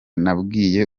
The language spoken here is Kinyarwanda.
nabwiye